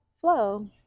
flow